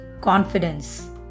confidence